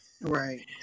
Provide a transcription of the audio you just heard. Right